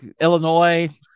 Illinois